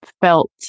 felt